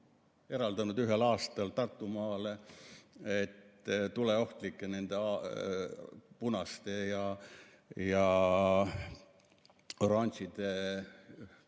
eraldanud ühel aastal Tartumaale tuleohtlike, nende punaste ja oranžide